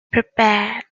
prepared